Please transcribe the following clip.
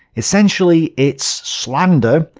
essentially it's slander,